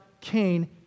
Cain